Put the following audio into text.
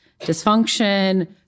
dysfunction